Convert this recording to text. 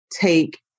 take